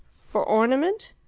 for ornament?